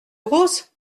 rose